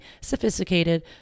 sophisticated